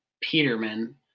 Peterman